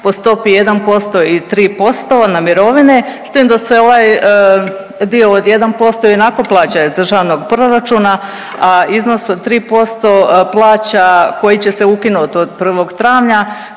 po stopi 1% i 3% na mirovine, s tim da se ovaj dio od 1% i onako plaća iz državnog proračuna, a iznos od 3% plaća koji će se ukinut od 1. travnja